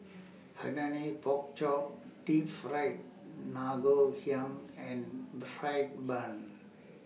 Hainanese Pork Chop Deep Fried Ngoh Hiang and Fried Bun